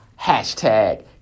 Hashtag